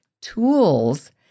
tools